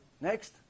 Next